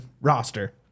roster